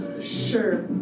Sure